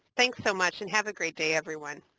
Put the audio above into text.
thanks so much and have a great day, everyone.